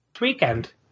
weekend